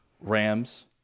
Rams